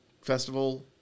festival